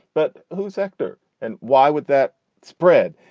but who's actor and why would that spread?